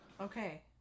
Okay